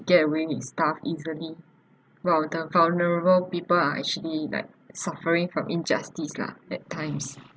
get away with stuff easily while the vulnerable people are actually like suffering from injustice lah at times